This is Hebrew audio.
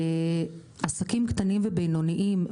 עסקים קטנים ובינוניים,